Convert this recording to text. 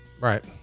Right